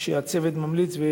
שהצוות ממליץ עליהם,